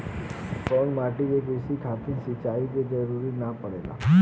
कउना माटी में क़ृषि खातिर सिंचाई क जरूरत ना पड़ेला?